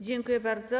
Dziękuję bardzo.